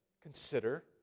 consider